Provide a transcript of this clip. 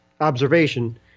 observation –